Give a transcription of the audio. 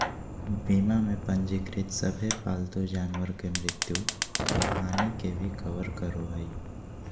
बीमा में पंजीकृत सभे पालतू जानवर के मृत्यु और हानि के भी कवर करो हइ